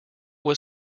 was